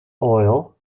oil